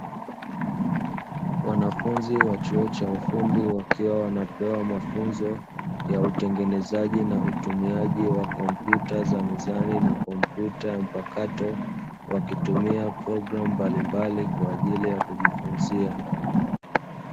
Wanafunzi wa chuo cha ufundi wakiwa wanapewa mafunzo ya utengenezaji na utumiaji wa kompyuta za mezani na kompyuta mpakato, wakitumia programu mbalimbali kwa ajili ya kujifunzia.